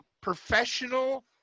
professional